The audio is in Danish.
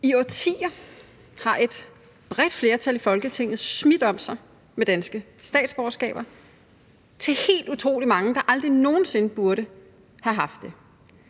I årtier har et bredt flertal i Folketinget smidt om sig med danske statsborgerskaber til helt utrolig mange, der aldrig nogen sinde burde have haft det.